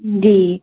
جی